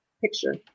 picture